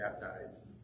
baptized